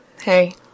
Hey